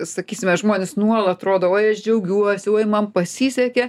sakysime žmonės nuolat rodo oi aš džiaugiuosi oi man pasisekė